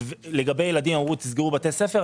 ולגבי ילדים, הנחו לסגור את בתי הספר.